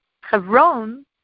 Hebron